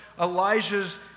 Elijah's